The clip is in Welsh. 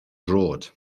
droed